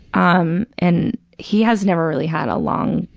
um and he has never really had a long,